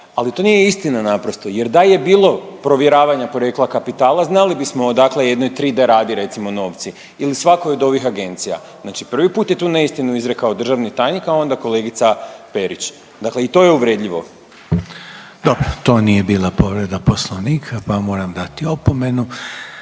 ali to nije istina naprosto jer da je bilo provjeravanja porijekla kapitala znali bismo dakle o jednoj TRI D RADI recimo novci ili svakoj od ovih agencija, znači prvi put je tu neistinu izrekao državni tajnik, a onda kolegica Perić, dakle i to je uvredljivo. **Reiner, Željko (HDZ)** Dobro, to nije bila povreda poslovnika, pa vam moram dati opomenu.